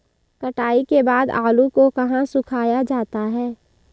कटाई के बाद आलू को कहाँ सुखाया जाता है?